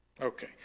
Okay